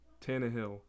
Tannehill